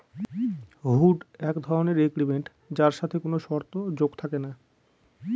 হুন্ড এক ধরনের এগ্রিমেন্ট যার সাথে কোনো শর্ত যোগ থাকে না